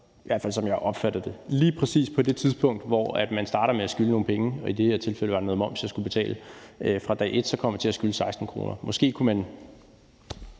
i hvert fald som jeg har opfattet det – lige præcis fra det tidspunkt, hvor man starter med at skylde nogle penge, og i det her tilfælde var det noget moms, jeg skulle betale fra dag et, så kom jeg til at skylde 16 kr. Måske kunne man